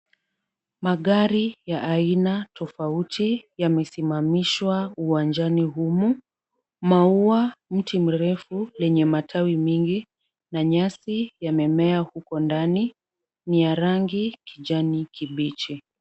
Magari ya aina tofauti yamesimamishwa uwanjani humu. Maua mti mrefu lenye matawi mingi na nyasi yamemea huko ndani, ni ya rangi kijani kibichi.